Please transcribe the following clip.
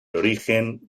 origen